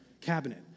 cabinet